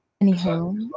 Anyhow